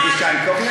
לא חשוב התקציב.